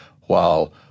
While-